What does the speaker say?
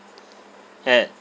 at